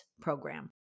program